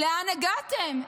לאן הגעתם?